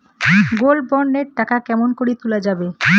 Gold bond এর টাকা কেমন করি তুলা যাবে?